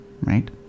right